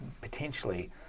potentially